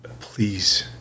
Please